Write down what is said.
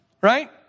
Right